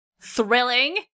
Thrilling